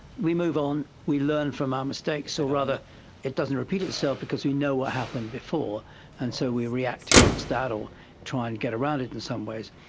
we move on, we learn from our mistakes, or so rather it doesn't repeat itself because we know what happened before and so we react against that or try and get around it in some ways.